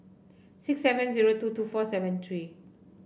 six seven zero two two four seven three